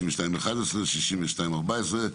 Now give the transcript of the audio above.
62(11), 62(14)